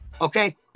Okay